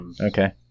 Okay